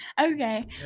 Okay